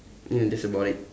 mm that's about it